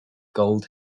gold